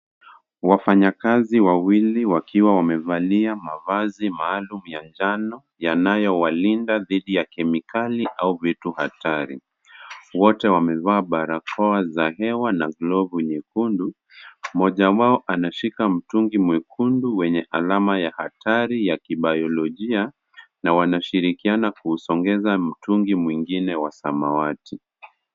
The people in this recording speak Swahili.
Wafanyakazi wawili wakiwa wamevalia mavazi maalum ya njano yanayowalinda dhidi ya kemikali au vitu hatari. Wote wamevaa barakoa za hewa na glovu nyekundu. Mmoja wao anashika mtungi mwekundu wenye alama ya hatari ya kibayolojia na wanashirikiana kuusongeza mtungi mwingine wa samawati.